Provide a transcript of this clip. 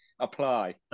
Apply